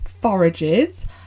forages